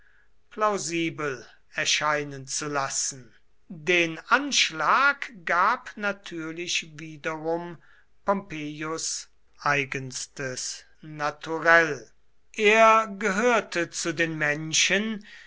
plausibel erscheinen zu lassen den anschlag gab natürlich wiederum pompeius eigenstes naturell er gehörte zu den menschen